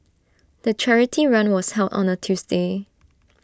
the charity run was held on A Tuesday